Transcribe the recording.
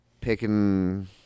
Picking